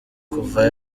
kuva